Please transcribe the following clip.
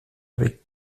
avec